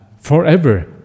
forever